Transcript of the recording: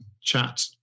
chat